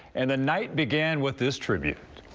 and the night began with this tribute.